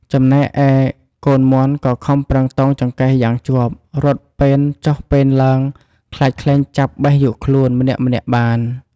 ចំណែកឯកូនមាន់ក៏ខំប្រឹងតោងចង្កេះគ្នាយ៉ាងជាប់ រត់ពេនចុះពេនឡើង ខ្លាចខ្លែងចាប់បេះយកខ្លួន ម្នាក់ៗបាន។